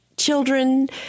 Children